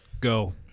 Go